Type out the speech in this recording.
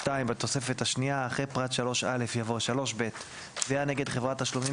בתוספת השנייה - אחרי פרט 3א יבוא: "3ב.תביעה נגד חברת תשלומים